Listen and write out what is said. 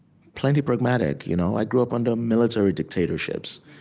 plenty pragmatic. you know i grew up under military dictatorships.